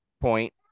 point